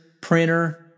printer